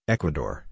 Ecuador